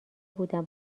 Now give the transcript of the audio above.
بودم